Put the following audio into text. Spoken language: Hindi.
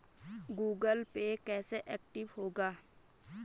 गूगल पे कैसे एक्टिव होगा?